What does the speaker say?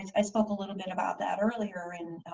i spoke a little bit about that earlier and